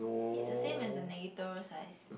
it's the same as the size